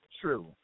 true